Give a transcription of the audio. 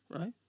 right